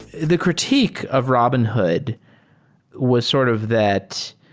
the critique of robinhood was sort of that,